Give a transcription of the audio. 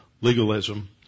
legalism